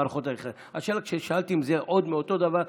אז כששאלתי אם זה עוד מאותו דבר,